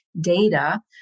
data